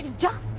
job